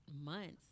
months